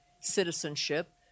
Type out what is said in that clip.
citizenship